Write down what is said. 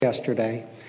yesterday